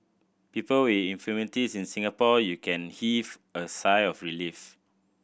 people with infirmities in Singapore you can heave a sigh of relief